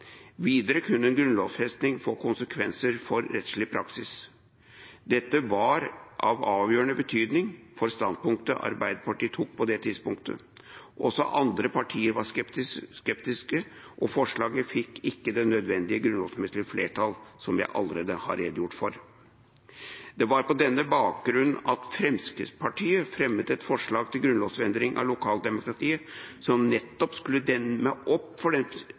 Videre kunne en grunnlovfesting få konsekvenser for rettslig praksis. Dette var av avgjørende betydning for standpunktet Arbeiderpartiet tok på det tidspunktet. Også andre partier var skeptiske, og forslaget fikk ikke det nødvendige grunnlovsmessige flertall, som jeg allerede har redegjort for. Det var på denne bakgrunn at Fremskrittspartiet fremmet et forslag til grunnlovfesting av lokaldemokratiet som nettopp skulle demme opp for den